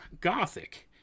gothic